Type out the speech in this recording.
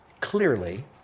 clearly